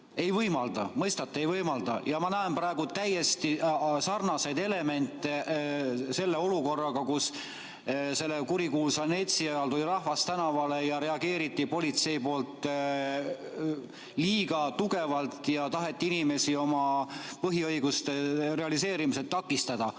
Ei võimalda. Mõistate? Ei võimalda. Ja ma näen praegu täiesti sarnaseid elemente selle olukorraga, kus selle kurikuulsa NETS-i ajal tuli rahvas tänavale ning politsei reageeris liiga tugevalt ja taheti inimesi oma põhiõiguste realiseerimisel takistada.